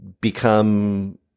become